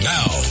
Now